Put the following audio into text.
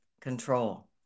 control